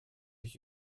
ich